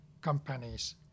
companies